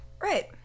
Right